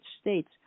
States